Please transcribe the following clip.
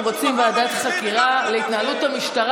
הוא הודה בזה, גם שהוא, גם שהוא מכר למצרים